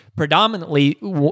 Predominantly